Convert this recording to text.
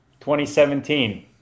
2017